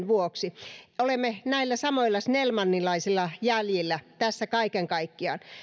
vuoksi olemme näillä samoilla snellmanilaisilla jäljillä kaiken kaikkiaan